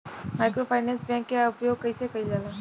Microfinance bank के उपयोग कइसे कइल जाला?